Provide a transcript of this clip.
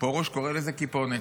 פרוש קורא לזה "כיפונת".